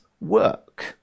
work